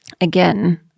again